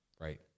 right